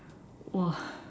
!wah!